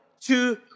two